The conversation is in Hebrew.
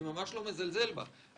אני ממש לא מזלזל בה,